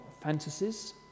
fantasies